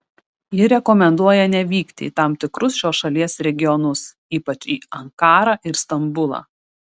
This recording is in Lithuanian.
ji rekomenduoja nevykti į tam tikrus šios šalies regionus ypač į ankarą ir stambulą